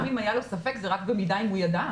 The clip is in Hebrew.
גם אם היה לו ספק, זה רק במידה אם הוא ידע.